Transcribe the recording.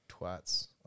twats